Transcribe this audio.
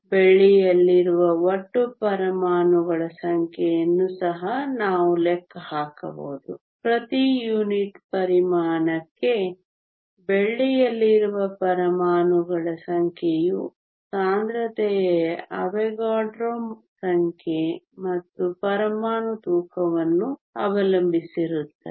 ಬೆಳ್ಳಿಯಲ್ಲಿರುವ ಒಟ್ಟು ಪರಮಾಣುಗಳ ಸಂಖ್ಯೆಯನ್ನು ಸಹ ನಾವು ಲೆಕ್ಕ ಹಾಕಬಹುದು ಪ್ರತಿ ಯೂನಿಟ್ ಪರಿಮಾಣಕ್ಕೆ ಬೆಳ್ಳಿಯಲ್ಲಿರುವ ಪರಮಾಣುಗಳ ಸಂಖ್ಯೆಯು ಸಾಂದ್ರತೆಯ ಅವೊಗಡ್ರೊ ಸಂಖ್ಯೆ ಮತ್ತು ಪರಮಾಣು ತೂಕವನ್ನು ಅವಲಂಬಿಸಿರುತ್ತದೆ